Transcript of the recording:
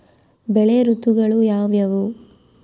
ಬೆಳೆ ಋತುಗಳು ಯಾವ್ಯಾವು?